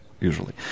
usually